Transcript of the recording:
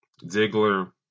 Ziggler